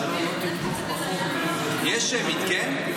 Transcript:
אבל הממשלה לא תתמוך בחוק -- יש שמית, כן?